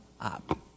up